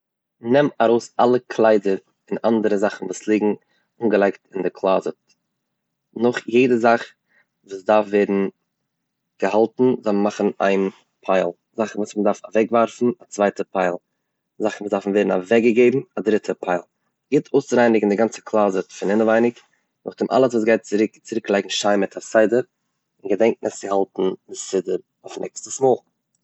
נעם ארויס אלע קליידער און אנדערע זאכן וואס ליגן אנגעלייגט אין די קלאזעט, נאך יעדע זאך וואס דארף ווערן געהאלטן זאל מען מאכן איין פייל, זאכן וואס מען דארף אוועקווארפן א צווייטע פייל, זאכן וואס דארפן ווערן אוועקגעגעבן א דריטע פייל, גוט אפרייניגן די גאנצע קלאזעט פון אינעווייניג און נאכדעם אלעס וואס גייט צוריק שיין צוריק לייגן אין א סדר און געדענק עס צו האלטן מסודר אויף נעקסטעס מאל.